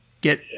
get